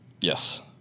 Yes